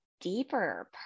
deeper